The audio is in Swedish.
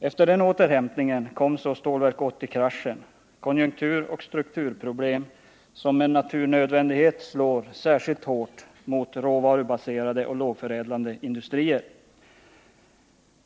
Efter den återhämtningen kom så Stålverk 80-kraschen, konjunkturoch strukturproblem som med naturnödvändighet slår särskilt hårt mot råvarubaserade och lågförädlade industrier.